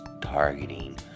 targeting